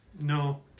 no